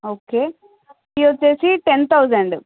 okay fee వచ్చేసి ten thousand